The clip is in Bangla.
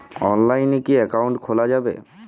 অনলাইনে কি অ্যাকাউন্ট খোলা যাবে?